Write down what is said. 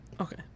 Okay